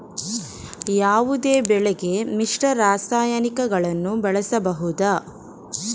ಯಾವುದೇ ಬೆಳೆಗೆ ಮಿಶ್ರ ರಾಸಾಯನಿಕಗಳನ್ನು ಬಳಸಬಹುದಾ?